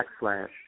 backslash